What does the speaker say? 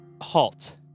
Halt